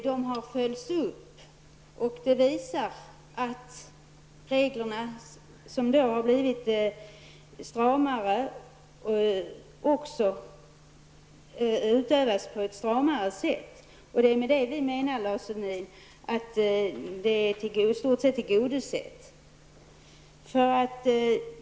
Det har skett en uppföljning och det har framkommit att reglerna har blivit stramare men också att de tillämpas på ett stramare sätt. Vi menar således, Lars Sundin, att ställda krav i detta avseende i stort sett är tillgodosedda.